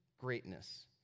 greatness